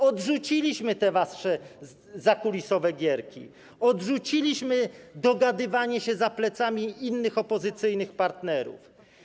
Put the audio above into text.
Odrzuciliśmy te wasze zakulisowe gierki, odrzuciliśmy dogadywanie się za plecami innych opozycyjnych partnerów.